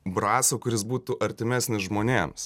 braso kuris būtų artimesnis žmonėms